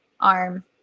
arm